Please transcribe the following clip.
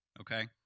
Okay